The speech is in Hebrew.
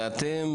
ואתם,